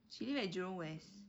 she lives at jurong west